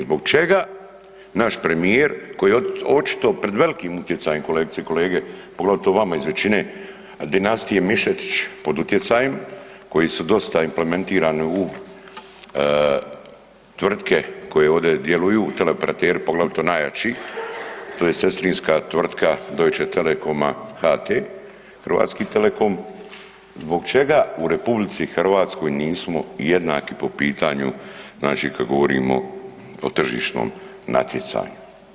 Zbog čega naš premijer koji je očito pred velikim utjecajem, kolegice i kolege, poglavito vama iz većine, dinastije Mišetić pod utjecajem koji su dosta implementirani u tvrtke koje ovdje djeluju, teleoperateri, poglavito najjači, to je sestrinska tvrtka Deutsche Telecoma HT, Hrvatski telekom, zbog čega u RH nismo jednaki po pitanju znači kad govorimo o tržišnom natjecanju?